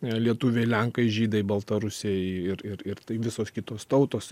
lietuviai lenkai žydai baltarusiai ir ir ir visos kitos tautos